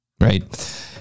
Right